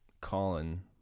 Colin